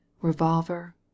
revolver